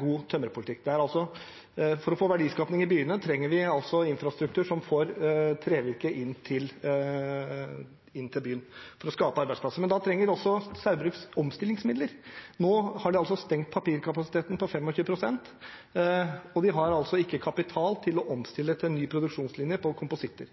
god tømmerpolitikk. For å få verdiskaping i byene trenger vi infrastruktur som får trevirke inn til byen – for å skape arbeidsplasser. Da trenger også Saugbrugs omstillingsmidler. Nå har de stengt papirkapasiteten på 25 pst., og de har ikke kapital til å omstille til ny produksjonslinje på kompositter.